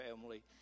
family